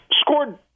scored